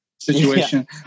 situation